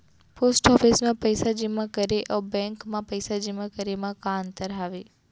post office मा पइसा जेमा करे अऊ बैंक मा पइसा जेमा करे मा का अंतर हावे